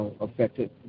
affected